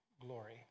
glory